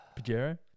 Pajero